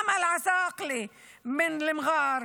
אמל עסאקלה ממג'אר,